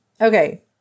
okay